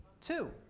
two